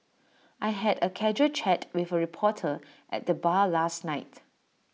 I had A casual chat with A reporter at the bar last night